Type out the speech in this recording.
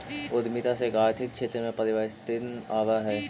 उद्यमिता से आर्थिक क्षेत्र में परिवर्तन आवऽ हई